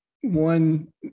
one